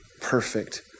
perfect